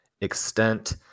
extent